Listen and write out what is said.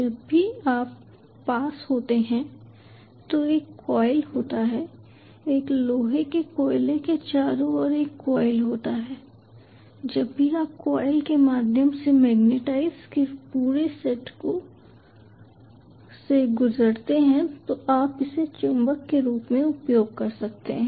जब भी आप पास होते हैं तो एक कॉइल होता है एक लोहे के कोयले के चारों ओर एक कॉइल होता है जब भी आप कॉइल के माध्यम से मैग्नेटाइज के पूरे सेट से गुजरते हैं तो आप इसे चुंबक के रूप में उपयोग कर सकते हैं